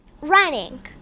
Running